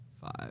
five